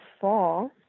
fall